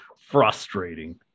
frustrating